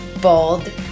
bold